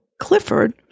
clifford